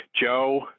Joe